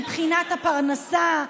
מבחינת הפרנסה,